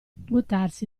buttarsi